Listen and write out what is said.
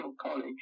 College